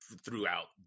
Throughout